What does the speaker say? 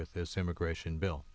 with this immigration bill